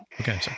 Okay